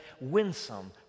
winsome